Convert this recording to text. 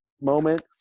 moment